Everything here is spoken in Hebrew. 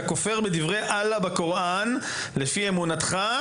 אתה כופר בדבריי אללה בקוראן לפי אמונתך,